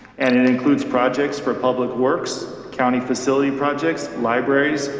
and it includes projects for public works, county facility projects, libraries,